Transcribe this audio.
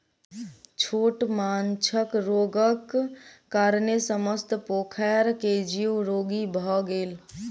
छोट माँछक रोगक कारणेँ समस्त पोखैर के जीव रोगी भअ गेल